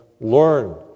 learn